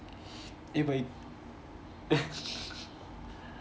eh but he